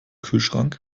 kühlschrank